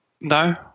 No